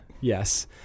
Yes